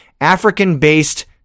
African-based